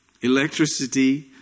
electricity